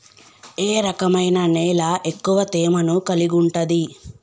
ఏ రకమైన నేల ఎక్కువ తేమను కలిగుంటది?